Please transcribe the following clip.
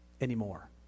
anymore